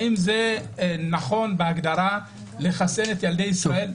האם זה נכון בהגדרה לחסן את ילדי ישראל?